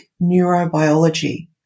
neurobiology